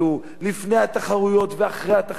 לפני התחרויות ואחרי התחרויות,